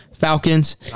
Falcons